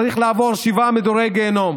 צריך לעבור שבעה מדורי גיהינום,